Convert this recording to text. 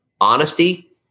honesty